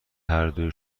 هردو